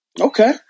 Okay